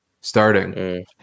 starting